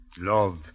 Love